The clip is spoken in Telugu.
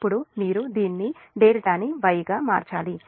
ఇప్పుడు మీరు దీన్ని∆ ని Y గా మార్చాలి